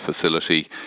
facility